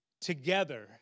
together